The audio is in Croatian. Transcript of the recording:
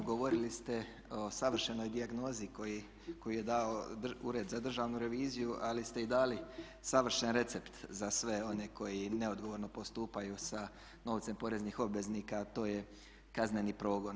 Govorili ste o savršenoj dijagnozi koju je dao Ured za državnu reviziju ali ste i dali savršen recept za sve one koji neodgovorno postupaju sa novcem poreznih obveznika a to je kazneni progon.